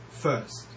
First